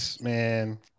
man